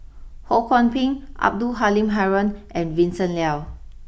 Ho Kwon Ping Abdul Halim Haron and Vincent Leow